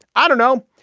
i don't know.